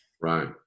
Right